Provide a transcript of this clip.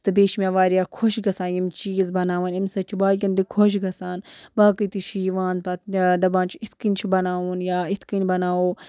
تہٕ بیٚیہِ چھِ مےٚ وارِیاہ خۄش گَژھان یِم چیٖز بَناوٕنۍ اَمہِ سۭتۍ چھُ باقٕیَن تہِ خۄش گَژھان باقٕے تہِ چھِ یِوان پَتہٕ دَپان چھُ اِتھ کٔنۍ چھُ بَناوُن یا اِتھ کٔنۍ بَناوو